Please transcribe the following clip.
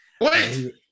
wait